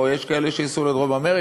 או שיש כאלה שייסעו לדרום-אמריקה,